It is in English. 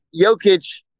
Jokic